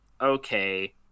okay